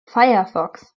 firefox